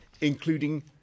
including